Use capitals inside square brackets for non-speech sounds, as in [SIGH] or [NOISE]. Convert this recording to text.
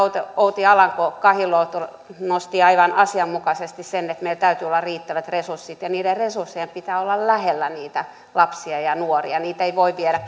outi alanko kahiluoto nosti aivan asianmukaisesti sen että meillä täytyy olla riittävät resurssit ja niiden resurssien pitää olla lähellä niitä lapsia ja ja nuoria niitä ei voi viedä [UNINTELLIGIBLE]